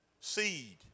seed